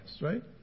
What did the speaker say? right